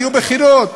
יהיו בחירות.